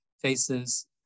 faces